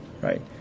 right